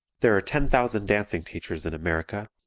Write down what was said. there are ten thousand dancing teachers in america,